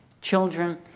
Children